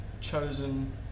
chosen